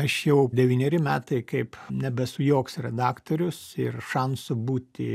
aš jau devyneri metai kaip nebesu joks redaktorius ir šansų būti